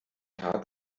hart